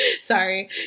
Sorry